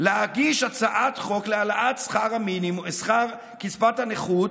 להגיש הצעת חוק להעלאת קצבת הנכות